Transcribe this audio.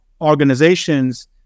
organizations